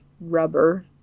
rubber